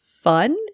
fun